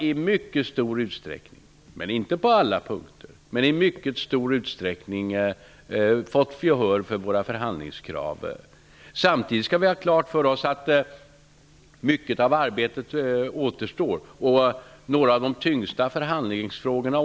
I mycket stor utsträckning -- visserligen inte på alla punkter -- har vi fått gehör för våra förhandlingskrav. Samtidigt skall vi har klart för oss att mycket av arbetet återstår. Exempelvis återstår några av de tyngsta förhandlingsfrågorna.